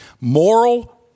Moral